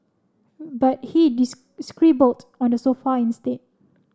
but he scribbled on the sofa instead